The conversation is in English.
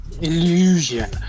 Illusion